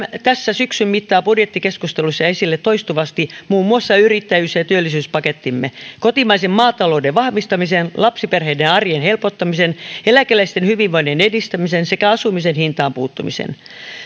tässä syksyn mittaan budjettikeskustelussa esille toistuvasti muun muassa yrittäjyys ja työllisyyspakettimme kotimaisen maatalouden vahvistamisen lapsiperheiden arjen helpottamisen eläkeläisten hyvinvoinnin edistämisen sekä asumisen hintaan puuttumisen